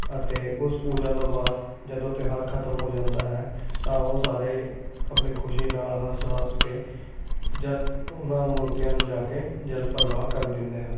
ਅਤੇ ਉਸ ਪੂਜਾ ਤੋਂ ਬਾਅਦ ਜਦੋਂ ਤਿਉਹਾਰ ਖਤਮ ਹੋ ਜਾਂਦਾ ਹੈ ਤਾਂ ਉਹ ਸਾਰੇ ਆਪਣੀ ਖੁਸ਼ੀ ਨਾਲ ਹੱਸ ਵਸ ਕੇ ਜਾ ਉਨ੍ਹਾਂ ਮੂਰਤੀਆਂ ਨੂੰ ਜਾ ਕੇ ਜਲ ਪ੍ਰਵਾਹ ਕਰ ਦਿੰਦੇ ਹਨ